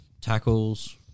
Tackles